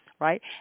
right